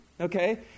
Okay